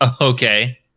Okay